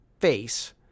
face